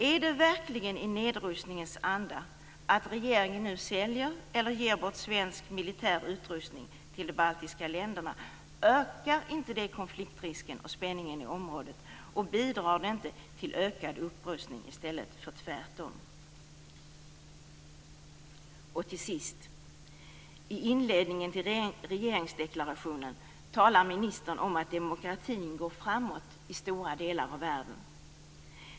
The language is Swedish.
Är det verkligen i nedrustningens anda att regeringen säljer eller ger bort svensk militär utrustning till de baltiska länderna? Ökar det inte konfliktrisken och spänningen i området? Bidrar det inte till ökad upprustning i stället för tvärtom? I inledningen till regeringsdeklarationen talar ministern om att demokratin går framåt i stora delar av världen.